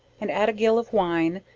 and add a jill of wine,